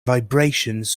vibrations